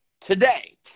today